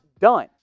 done